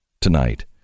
Tonight